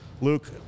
Luke